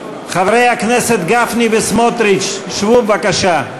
חברי הכנסת גפני וסמוטריץ, שבו בבקשה,